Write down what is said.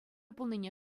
пулнине